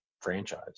franchise